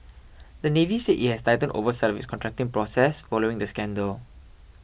the Navy said it has tightened oversight of its contracting process following the scandal